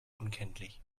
unkenntlich